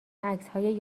عکسهای